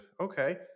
okay